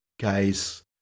Guys